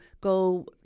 go